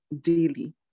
daily